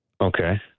Okay